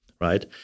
right